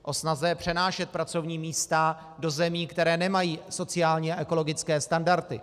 O snaze přenášet pracovní místa do zemí, které nemají sociální a ekologické standardy.